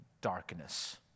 darkness